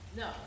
no